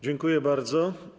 Dziękuję bardzo.